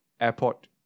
airport